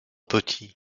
petit